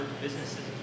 businesses